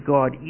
God